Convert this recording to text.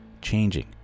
changing